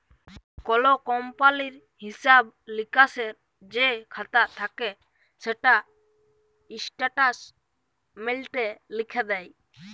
call কমপালির হিঁসাব লিকাসের যে খাতা থ্যাকে সেটা ইস্ট্যাটমেল্টে লিখ্যে দেয়